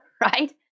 Right